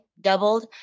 doubled